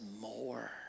more